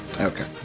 Okay